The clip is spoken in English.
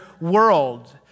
world